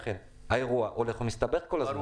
שהאירוע הולך ומסתבך כל הזמן.